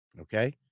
Okay